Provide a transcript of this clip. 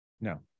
No